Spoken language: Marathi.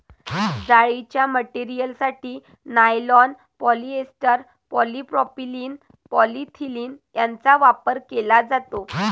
जाळीच्या मटेरियलसाठी नायलॉन, पॉलिएस्टर, पॉलिप्रॉपिलीन, पॉलिथिलीन यांचा वापर केला जातो